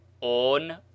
On